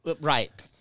right